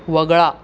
वगळा